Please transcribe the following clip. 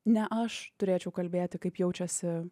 ne aš turėčiau kalbėti kaip jaučiasi